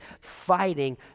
fighting